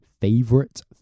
favorite